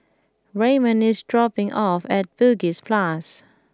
Raymon is dropping me off at Bugis Plus